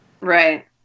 Right